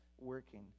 working